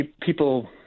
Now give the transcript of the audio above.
people